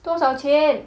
多少钱